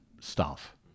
staff